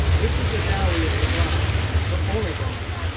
this was the dowry of the bride her only dowry.